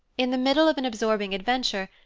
in the middle of an absorbing adventure,